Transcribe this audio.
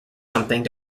something